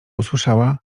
usłyszała